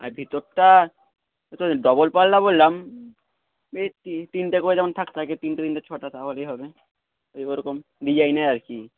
আর ভিতরটা ডবল পাল্লা বললাম এই তিনটে করে যেমন থাক থাকে তিনটে তিনটে ছটা তাহলেই হবে ওই ওরকম ডিজাইনের আর কি